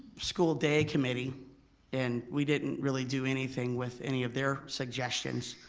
school day committee and we didn't really do anything with any of their suggestions.